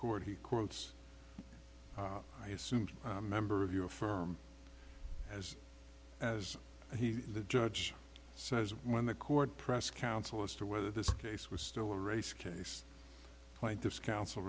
court he quotes i assume a member of your firm as as the judge says when the court press council as to whether this case was still a race case plaintiff's coun